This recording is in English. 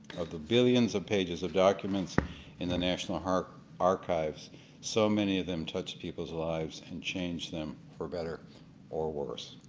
of the billions of pages of documents in the national archives so many of them touch people's lives and change them for better or worse.